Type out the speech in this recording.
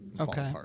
Okay